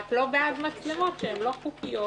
רק לא בעד מצלמות שהן לא חוקיות